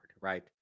right